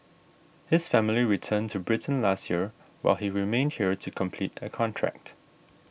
his family returned to Britain last year while he remained here to complete a contract